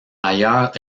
ailleurs